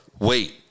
wait